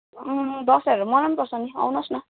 दसैँहरू मनाउनुपर्छ नि आउनुहोस् न